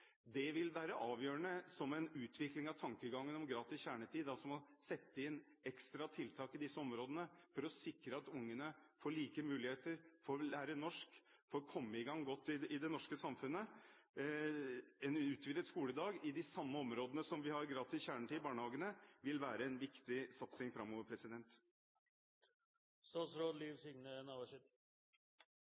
Det vil være avgjørende for utviklingen av tankegangen om gratis kjernetid å sette inn ekstra tiltak i disse områdene for å sikre at ungene får like muligheter til å lære norsk og komme godt i gang i det norske samfunnet. Utvidet skoledag i de samme områdene som har gratis kjernetid i barnehagene, vil være en viktig satsing framover.